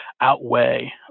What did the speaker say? outweigh